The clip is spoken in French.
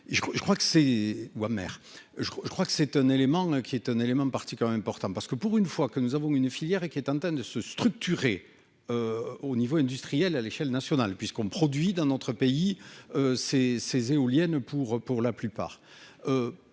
je crois que c'est un élément qui est un élément partie quand même important, parce que pour une fois que nous avons une filière et qui est en train de se structurer au niveau industriel, à l'échelle nationale puisqu'on produit d'un autre pays, ces ces éoliennes pour pour la plupart